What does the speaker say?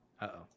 Uh-oh